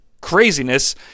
Craziness